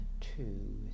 two